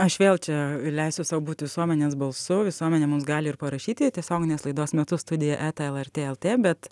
aš vėl čia leisiu sau būt visuomenės balsu visuomenė mums gali ir parašyti tiesioginės laidos metu studija eta lrt lt bet